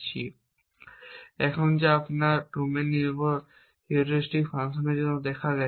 যা এখানে ডোমেন নির্ভর হিউরিস্টিক ফাংশনগুলির জন্য দেখা গেছে